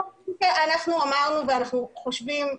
אנחנו אמרנו ואנחנו חושבים,